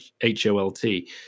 H-O-L-T